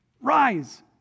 Rise